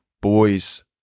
Boys